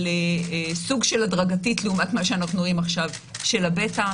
אבל סוג של הדרגתית לעומת מה שאנחנו רואים עכשיו של הביתא,